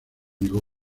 negó